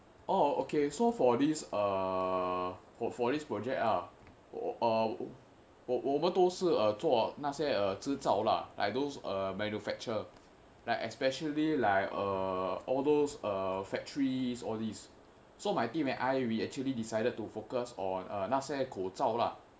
orh okay so for this err for for this project ah err 我我们都是呃做那些制造啊:wo wo men dou shi eai zuo nei xie zhi zaocao a like those uh manufacture like especially like err all those err factories all these so my team and I we actually decided to focus on err 那些口罩啊